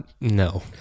no